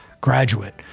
graduate